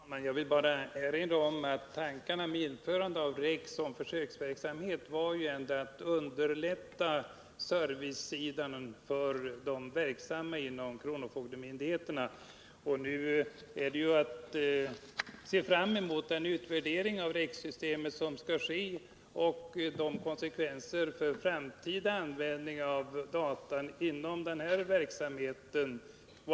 Herr talman! Jag vill bara erinra om att tankarna bakom att införa REX som försöksverksamhet var just att försöka underlätta för dem som är verksamma på servicesidan inom kronofogdemyndigheterna. Vi får nu se fram emot den utvärdering av systemet som skall ske och se vilka konsekvenser den får för den framtida användningen av datan inom den här verksamheten.